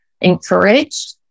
encouraged